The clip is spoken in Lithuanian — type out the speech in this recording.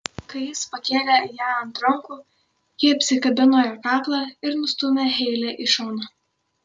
kai jis pakėlė ją ant rankų ji apsikabino jo kaklą ir nustūmė heilę į šoną